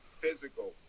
physical